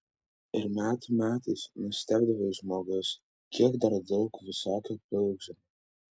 ir metų metais nustebdavai žmogus kiek dar daug visokio pilkžemio